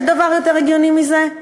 יש דבר יותר הגיוני מזה?